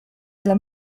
dla